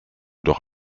doch